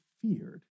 feared